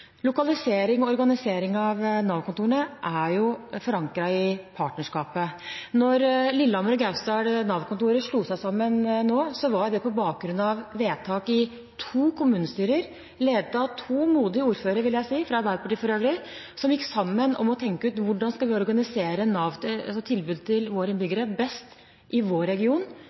Organisering og lokalisering av Nav-kontorene er forankret i partnerskapet. Da Nav-kontorene i Lillehammer og Gausdal slo seg sammen nå, var det på bakgrunn av vedtak i to kommunestyrer, ledet av to modige ordførere, for øvrig fra Arbeiderpartiet, som gikk sammen om å tenke ut: Hvordan skal vi best organisere tilbudet til våre innbyggere i vår region?